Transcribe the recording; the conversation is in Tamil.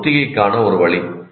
அது ஒத்திகைக்கான ஒரு வழி